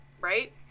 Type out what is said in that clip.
Right